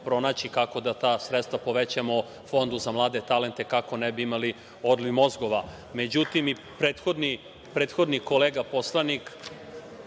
kako da ta sredstva povećamo Fondu za mlade talente kako ne bi imali odliv mozgova.Međutim, i prethodni kolega poslanik